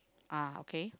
ah okay